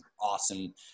awesome